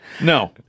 No